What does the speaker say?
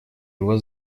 его